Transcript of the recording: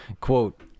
Quote